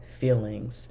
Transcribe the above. feelings